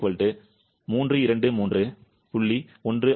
TR 323